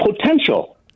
potential